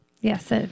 Yes